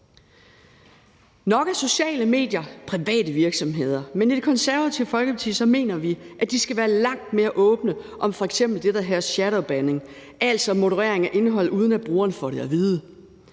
Nok er sociale medier private virksomheder, men i Det Konservative Folkeparti mener vi, at de skal være langt mere åbne om f.eks. det, der hedder shadow banning, altså moderering af indhold, uden at brugeren får det at vide,